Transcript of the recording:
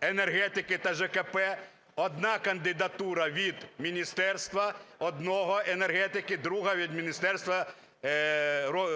енергетики та ЖКП, одна кандидатура від міністерства одного – енергетики, друга – від Міністерства